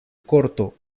corto